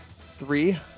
Three